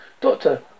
Doctor